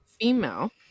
female